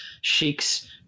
Sheik's